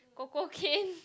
Cococane